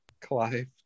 clive